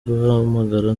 guhamagara